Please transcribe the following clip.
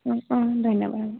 ধন্যবাদ